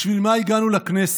בשביל מה הגענו לכנסת?